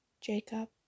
Jacob